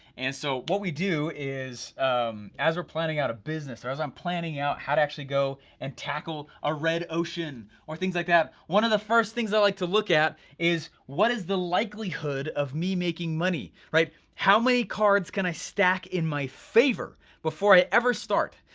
and so what we do is as were planning out a business, or as i'm planning out how to actually go and tackle a red ocean, or things like that. one of the first things i like to look at is what is the likelihood of me making money, right? how many cards can i stack in my favor, before i ever start.